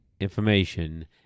information